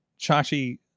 Chachi